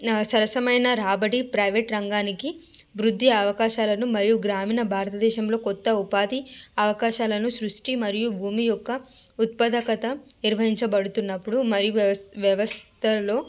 సరసమైన రాబడి ప్రైవేట్ రంగానికి వృద్ధి అవకాశాలను మరియు గ్రామీణ భారతదేశంలో కొత్త ఉపాధి అవకాశాలను సృష్టి మరియు భూమి యొక్క ఉత్పాదకత నిర్వహించబడుతున్నప్పుడు మన వ్యస్ వ్యవస్థలో